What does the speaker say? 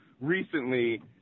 recently